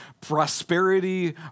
prosperity